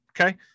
Okay